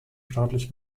staatlich